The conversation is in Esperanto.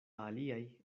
aliaj